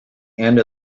end